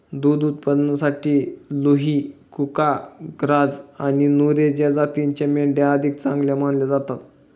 दुध उत्पादनासाठी लुही, कुका, ग्राझ आणि नुरेझ या जातींच्या मेंढ्या अधिक चांगल्या मानल्या जातात